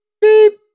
beep